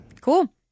Cool